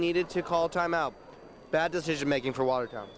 needed to call time out bad decision making for watertown